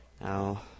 Now